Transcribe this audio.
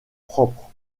propre